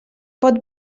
pot